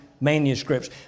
manuscripts